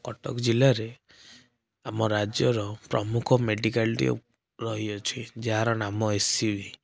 କଟକ ଜିଲ୍ଲାରେ ଆମ ରାଜ୍ୟର ପ୍ରମୁଖ ମେଡ଼ିକାଲଟିଏ ରହିଅଛି ଯାହାର ନାମ ଏସ୍ ସି ବି